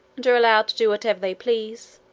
and are allowed to do whatever they please,